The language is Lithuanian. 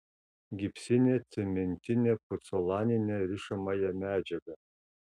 gipsinę cementinę pucolaninę rišamąją medžiagą